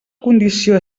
condició